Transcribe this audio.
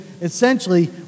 Essentially